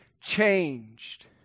changed